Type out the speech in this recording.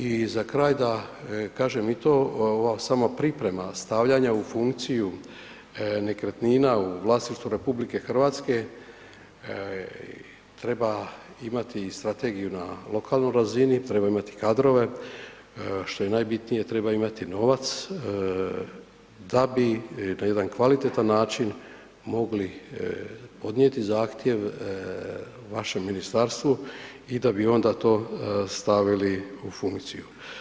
I za kraj da kažem i to, ova sama priprema stavljanja u funkciju nekretnina u vlasništvu RH treba imati i strategiju na lokalnoj razini, treba imati kadrove, što je najbitnije treba imati novac da bi na jedan kvalitetan način mogli podnijeti zahtjev vašem ministarstvu i da bi onda to stavili u funkciju.